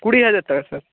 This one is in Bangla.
কুড়ি হাজার টাকা স্যার